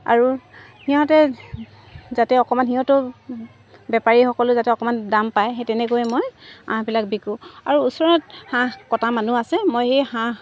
আৰু সিহঁতে যাতে অকণমান সিহঁতেও বেপাৰীসকলো যাতে অকণমান দাম পায় সেই তেনেকৈ মই হাঁহবিলাক বিকোঁ আৰু ওচৰত হাঁহ কটা মানুহ আছে মই সেই হাঁহ